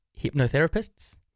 Hypnotherapists